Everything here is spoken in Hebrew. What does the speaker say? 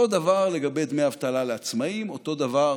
אותו הדבר לגבי דמי אבטלה לעצמאים, אותו הדבר